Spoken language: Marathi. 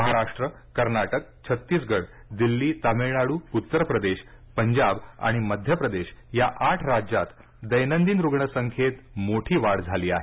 महाराष्ट्र कर्नाटक छत्तीसगड दिल्ली तामिळनाडू उत्तर प्रदेश पंजाब आणि मध्य प्रदेश या आठ राज्यांत दैनंदिन रुग्ण संख्येत मोठी वाढ झाली आहे